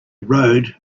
rode